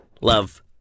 love